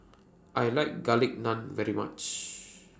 I like Garlic Naan very much